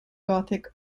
gothic